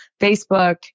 Facebook